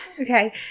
Okay